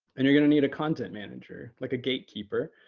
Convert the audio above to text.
and you're going to need a content manager, like a gatekeeper,